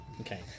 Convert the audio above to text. Okay